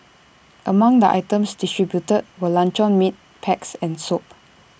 among the items distributed were luncheon meat packs and soap